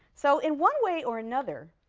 so in one way or another,